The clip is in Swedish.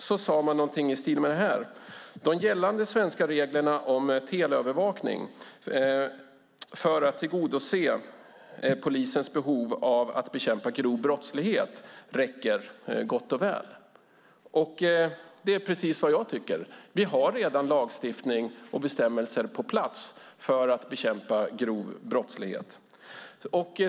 Man sade någonting så här: De gällande svenska reglerna om teleövervakning för att tillgodose polisens behov av att bekämpa grov brottlighet räcker gott och väl. Det är precis vad jag tycker. Vi har redan lagstiftning och bestämmelser för att bekämpa grov brottlighet.